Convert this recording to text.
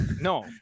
No